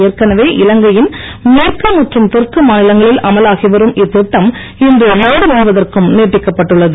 ஏற்கனவே இலங்கையின் மேற்கு மற்றும் தெற்கு மாநிலங்களில் அமலாகி வரும் இத்திட்டம் இன்று நாடு முழுவதற்கும் நீட்டிக்கப்பட்டுள்ளது